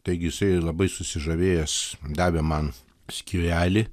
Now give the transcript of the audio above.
taigi jisai labai susižavėjęs davė man skyrelį